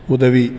உதவி